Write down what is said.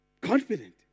Confident